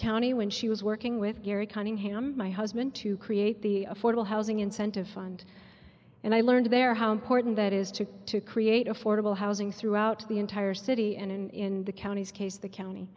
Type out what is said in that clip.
county when she was working with gary cunningham my husband to create the affordable housing incentive fund and i learned there how important that is to to create affordable housing throughout the entire city and in the counties case the county